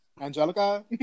Angelica